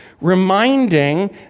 Reminding